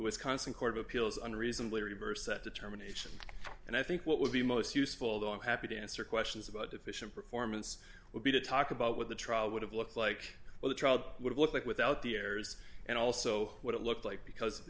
was constant court of appeals unreasonably reversed that determination and i think what would be most useful although i'm happy to answer questions about deficient performance would be to talk about what the trial would have looked like well the trial would look like without the errors and also what it looked like because of the